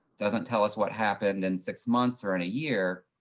doesn't tell us what happened in six months or in a year,